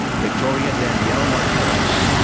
victoria danielle markellos.